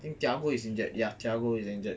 think thiago is injured ya thiago is injured